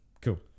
cool